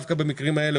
דווקא במקרים האלו,